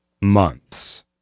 months